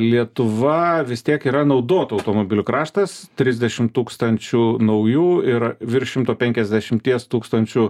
lietuva vis tiek yra naudotų automobilių kraštas trisdešimt tūkstančių naujų ir virš šimto penkiasdešimties tūkstančių